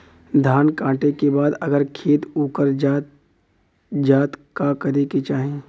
धान कांटेके बाद अगर खेत उकर जात का करे के चाही?